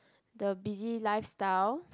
the busy lifestyle